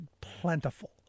plentiful